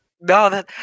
No